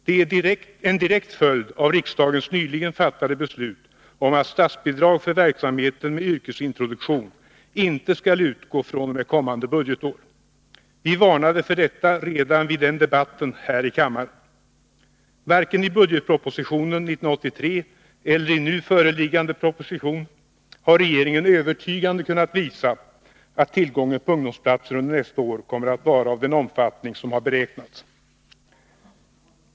Detta är en direkt följd av riksdagens nyligen fattade beslut om att statsbidrag för verksamheten med yrkesintroduktion inte skall utgå fr.o.m. kommande budgetår. Vi varnade för detta redan vid den debatten här i kammaren. Varken i budgetpropositionen 1983 eller i nu föreliggande proposition har regeringen övertygande kunnat visa att tillgången på ungdomsplatser under nästa år kommer att vara av den omfattning som har beräknats.